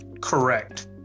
correct